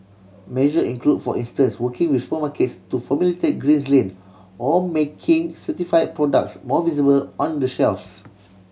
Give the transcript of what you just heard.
measure include for instance working with supermarkets to formulate greens lane or making certified products more visible on the shelves